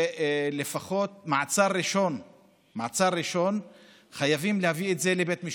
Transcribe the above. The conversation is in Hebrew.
שלפחות במעצר ראשון חייבים להביאו לבית משפט,